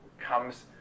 comes